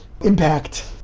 impact